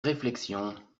réflexion